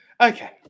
Okay